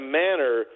manner